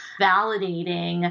validating